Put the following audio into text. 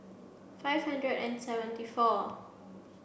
five hundred and seventy four